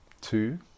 Two